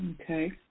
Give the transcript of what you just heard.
Okay